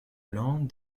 lent